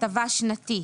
הטבה שנתית